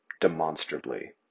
demonstrably